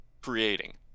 creating